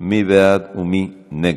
מי בעד ומי נגד?